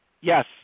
Yes